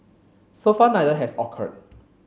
so far neither has occurred